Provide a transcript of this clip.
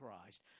Christ